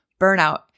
burnout